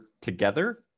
together